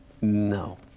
No